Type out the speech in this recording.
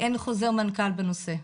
אין חוזר מנכ"ל בנושא,